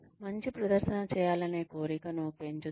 మంచి ప్రదర్శన చేయాలనే కోరికను పెంచుతుంది